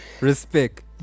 respect